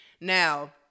Now